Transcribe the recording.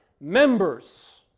members